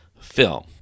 film